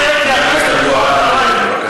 חבר הכנסת אבו עראר, בבקשה.